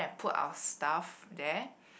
put our stuff there